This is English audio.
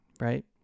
right